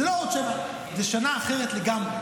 זאת לא עוד שנה, זאת שנה אחרת לגמרי.